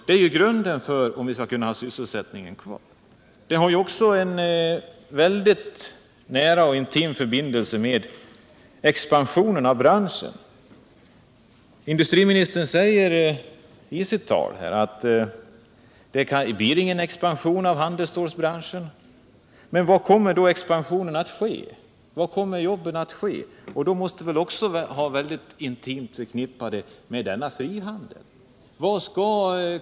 Det är grunden för om vi skall ha sysselsättningen kvar. Detta är också intimt förknippat med expansionen av branschen. Industriministern sade i sitt anförande att det inte blir någon expansion av branschen. Men var kommer då expansionen att ske, var kommer jobben att skapas? Den frågan måste också vara intimt förknippad med frihandeln.